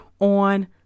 on